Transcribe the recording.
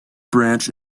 branch